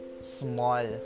small